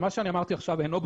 מה שאמרתי עכשיו אינו בדותות.